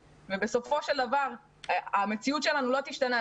בסופו של דבר המציאות שלנו לא תשתנה,